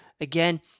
Again